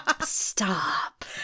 stop